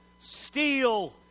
steal